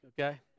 okay